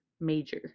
major